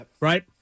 right